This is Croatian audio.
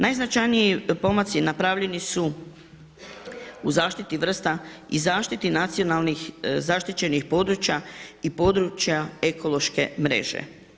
Najznačajniji pomaci napravljeni su u zaštiti vrsta i zaštiti nacionalnih zaštićenih područja i područja ekološke mreže.